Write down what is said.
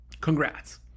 Congrats